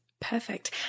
Perfect